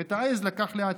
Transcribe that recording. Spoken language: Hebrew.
ואת העז לקח לעצמו.